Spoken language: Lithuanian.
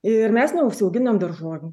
ir mes neužsiauginam daržovių